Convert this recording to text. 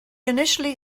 initially